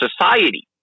society